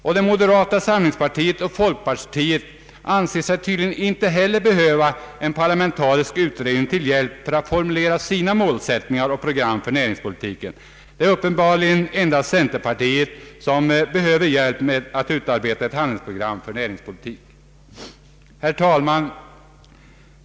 Både det moderata samlingspartiet och folkpartiet anser sig tydligen inte heller behöva en parlamentarisk utredning till hjälp för att formulera sina målsättningar och program för näringspolitiken. Det är uppenbarligen endast centerpartiet som behöver hjälp med att utarbeta ett handlingsprogram för sin näringspolitik. Herr talman!